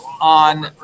on